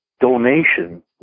donation